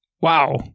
Wow